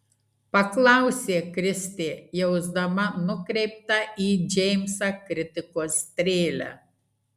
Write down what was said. paklausė kristė jausdama nukreiptą į džeimsą kritikos strėlę